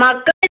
മക്കത്തി